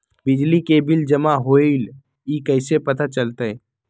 बिजली के बिल जमा होईल ई कैसे पता चलतै?